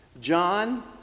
John